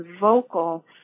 vocal